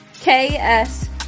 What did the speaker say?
K-S